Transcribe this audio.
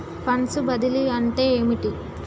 Funds బదిలీ అంటే ఏమిటి?